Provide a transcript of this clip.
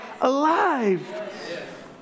alive